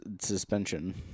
suspension